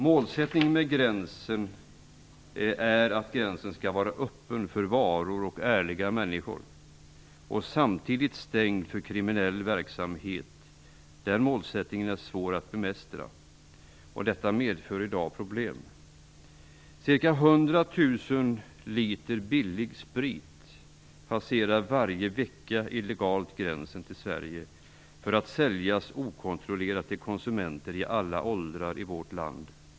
Målsättningen är att gränsen skall vara öppen för varor och ärliga människor och samtidigt stängd för kriminell verksamhet. Den målsättningen är svår att bemästra. Detta medför i dag problem. Ca 100 000 liter billig sprit passerar varje vecka illegalt gränsen till Sverige för att säljas okontrollerat till konsumenter i alla åldrar i vårt land.